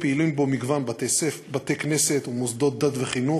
פעילים בו מגוון בתי-כנסת ומוסדות דת וחינוך,